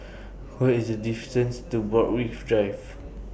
What IS The distance to Borthwick Drive